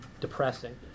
depressing